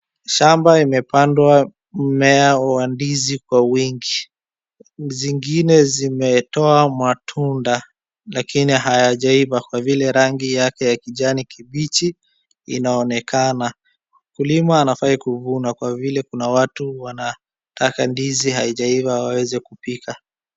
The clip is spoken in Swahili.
Shamba imepandwa mmea wa ndizi kwa wingi. Zingine zimetoa matunda lakini hayajaiva, kwa vile rangi yake ya kijani kibichi inaonekana .Mkulima anafai kuvuna, kwa vile kuna watu wanataka ndizi haijaiva waweze kupika.